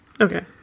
Okay